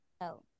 no